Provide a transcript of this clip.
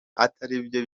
ataribyo